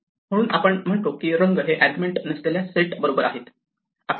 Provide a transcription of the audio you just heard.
म्हणून आपण म्हणतो की रंग हे आर्ग्युमेंट नसलेल्या सेट बरोबर आहेत